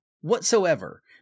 whatsoever